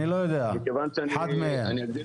אני לא יודע, אחד מהם.